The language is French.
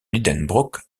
lidenbrock